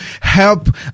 help